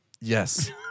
Yes